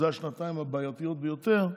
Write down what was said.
שאלה השנתיים הבעייתיות ביותר,